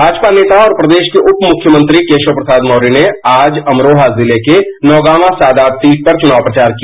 भाजपा नेता और प्रदेश के उपमुख्यमंत्री केशव प्रसाद मौर्य ने आज अमरोहा जिले के नौगांवा सादात सीट पर चुनाव प्रचार किया